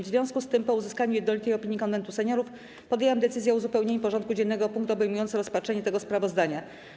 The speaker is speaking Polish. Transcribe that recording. W związku z tym, po uzyskaniu jednolitej opinii Konwentu Seniorów, podjęłam decyzję o uzupełnieniu porządku dziennego o punkt obejmujący rozpatrzenie tego sprawozdania.